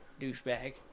douchebag